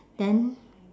then